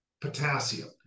potassium